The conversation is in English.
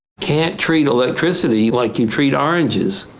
can't treat electricity like you treat oranges.